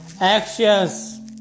actions